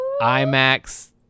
IMAX